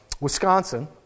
Wisconsin